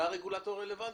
אתה הרגולטור הרלוונטי.